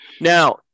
Now